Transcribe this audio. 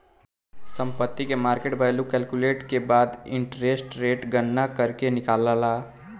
संपत्ति के market value calculate के बाद इंटरेस्ट रेट के गणना करके निकालाला